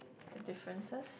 the differences